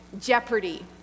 jeopardy